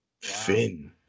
Finn